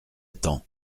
temps